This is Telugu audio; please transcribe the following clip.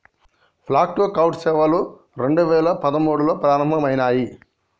ఫాగ్ టు క్లౌడ్ సేవలు రెండు వేల పదమూడులో ప్రారంభమయినాయి